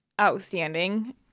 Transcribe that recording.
outstanding